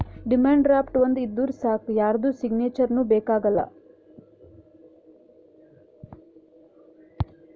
demand draft ಒಂದ್ ಇದ್ದೂರ್ ಸಾಕ್ ಯಾರ್ದು ಸಿಗ್ನೇಚರ್ನೂ ಬೇಕ್ ಆಗಲ್ಲ